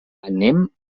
anem